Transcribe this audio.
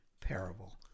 parable